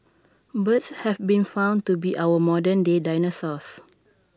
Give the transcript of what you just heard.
birds have been found to be our modern day dinosaurs